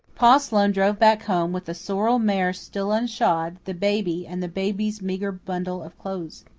pa sloane drove back home, with the sorrel mare still unshod, the baby, and the baby's meager bundle of clothes.